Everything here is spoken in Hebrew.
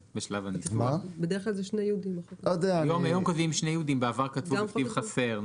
הלוואי וכולם היו מקדמים כאלה הסדרים טובים.